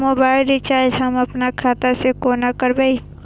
Mobile recharge हम आपन खाता से कोना करबै?